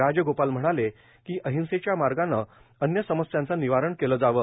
राजगोपाल म्हणाले की अहिंसेच्या मार्गाने अन्य समस्यांचे निवारण केले जावे